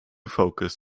focus